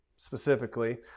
specifically